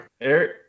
Eric